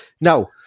Now